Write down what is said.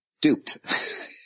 duped